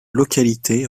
localité